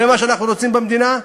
זה מה שאנחנו רוצים במדינה?